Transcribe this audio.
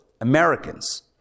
americans